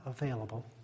available